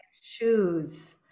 shoes